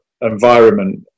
environment